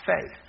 faith